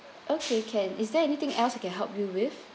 okay can is there anything else I can help you with